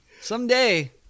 Someday